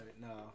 No